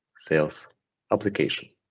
sales application.